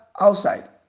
outside